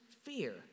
fear